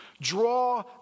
Draw